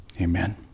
Amen